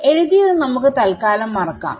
എഴുതിയത് നമുക്ക് തല്ക്കാലം മറക്കാം